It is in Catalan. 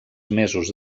mesos